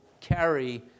carry